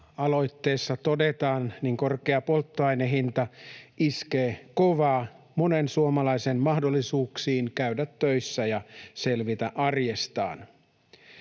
kansalaisaloitteessa todetaan, korkea polttoainehinta iskee kovaa monen suomalaisen mahdollisuuksiin käydä töissä ja selvitä arjestaan.